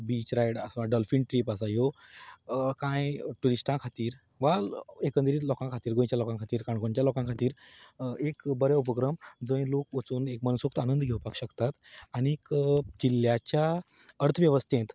beach ride dolphin trip आसा ह्यो कांय ट्युरिस्टां खातीर वा एकंदरीत लोकां खातीर गोंयच्या लोकां खातीर काणकोणच्या लोकां खातीर एक बरो उपक्रम जंय लोक वचून एक मनसुक्त आनंद घेवपाक शकतात आनी खिल्ल्याच्या अर्थवेवस्थेंत